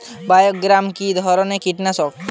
বায়োগ্রামা কিধরনের কীটনাশক?